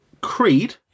Creed